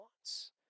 wants